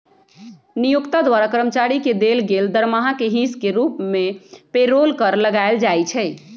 नियोक्ता द्वारा कर्मचारी के देल गेल दरमाहा के हिस के रूप में पेरोल कर लगायल जाइ छइ